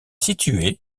située